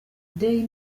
daily